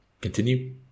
Continue